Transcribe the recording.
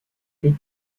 les